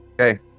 okay